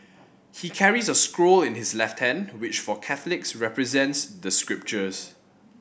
he carries a scroll in his left hand which for Catholics represents the scriptures